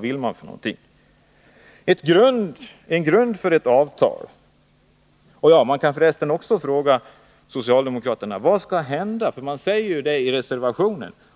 I reservationen på s. 23 säger man att